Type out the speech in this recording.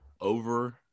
over